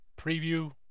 preview